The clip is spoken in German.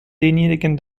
denjenigen